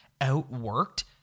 outworked